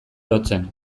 lotzen